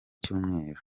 cyumweru